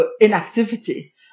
inactivity